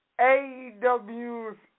AEW's